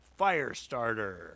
Firestarter